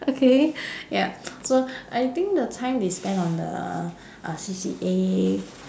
okay yup so I think the time we spend on the uh C_C_A